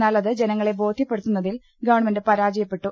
എന്നാലത് ജനങ്ങളെ ബോധ്യപ്പെടുത്തുന്നതിൽ ഗവൺമെന്റ് പരാജയപ്പെട്ടു